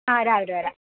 ആ രാവിലെ വരാം